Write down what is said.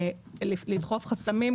גם לדחוף חסמים,